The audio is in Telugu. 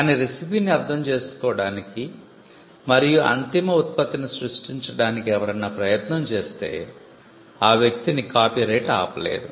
కానీ రెసిపీని అర్థం చేసుకోవటానికి మరియు అంతిమ ఉత్పత్తిని సృష్టించడానికి ఎవరన్నా ప్రయత్నం చేస్తే ఆ వ్యక్తిని కాపీ రైట్ ఆపలేదు